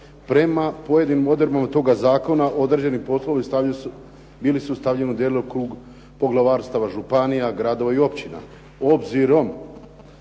Prema pojedinim odredbama toga zakona određeni stavljaju se, bili su stavljeni u djelokrug poglavarstava, županija, gradova i općina.